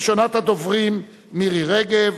מירי רגב,